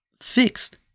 fixed